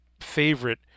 favorite